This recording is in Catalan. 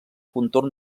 contorn